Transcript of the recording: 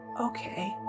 Okay